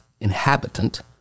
inhabitant